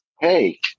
hey